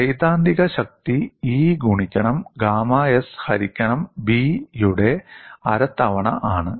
സൈദ്ധാന്തിക ശക്തി 'E ഗുണിക്കണം ഗാമ s ഹരിക്കണം b' യുടെ അര തവണ ആണ്